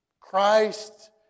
Christ